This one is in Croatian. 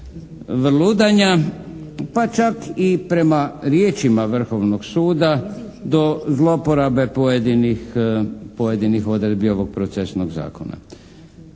vrludanja pa čak i prema riječima Vrhovnog suda do zlouporabe pojedinih odredbi ovog procesnog zakona.